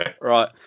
right